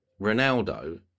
Ronaldo